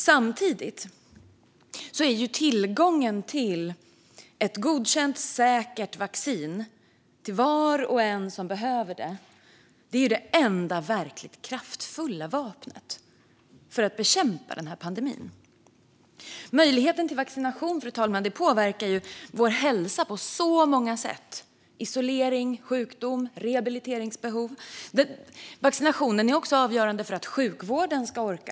Samtidigt är ju tillgången till ett godkänt och säkert vaccin till var och en som behöver det vårt enda verkligt kraftfulla vapen för att bekämpa pandemin. Möjligheten till vaccination, fru talman, påverkar ju vår hälsa på så många sätt; det handlar om isolering, sjukdom och rehabiliteringsbehov. Vaccinationen är också avgörande för att sjukvården ska orka.